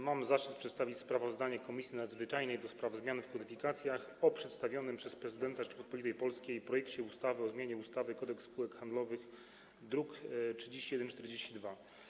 Mam zaszczyt przedstawić sprawozdanie Komisji Nadzwyczajnej do spraw zmian w kodyfikacjach o przedstawionym przez prezydenta Rzeczypospolitej Polskiej projekcie ustawy o zmianie ustawy Kodeks spółek handlowych, druk nr 3142.